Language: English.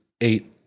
eight